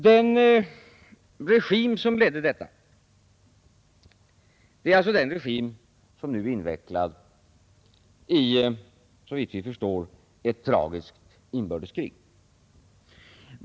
Den regim som ledde detta är alltså den regim som nu är invecklad i ett tragiskt inbördeskrig.